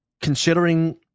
considering